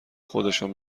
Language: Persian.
خودشان